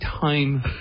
time